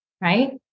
right